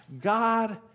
God